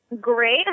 Great